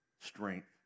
strength